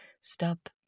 stop